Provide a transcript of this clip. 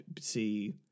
see